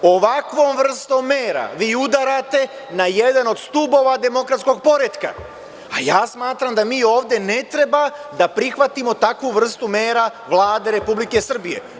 Ovakvom vrstom mera vi udarate na jedan od stubova demokratskog poretka, a ja smatram da mi ovde ne treba da prihvatimo takvu vrstu mera Vlade Republike Srbije.